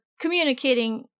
communicating